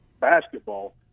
basketball